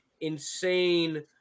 insane